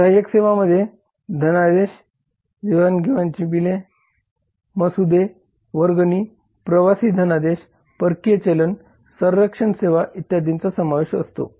सहाय्यक सेवांमध्ये धनादेश देवाणघेवाणीचे बिल मसुदे वर्गणी प्रवासी धनादेश परकीय चलन संरक्षक सेवा इत्यादींचा समावेश असतो